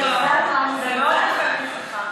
זה מאוד יפה מצידך.